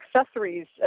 accessories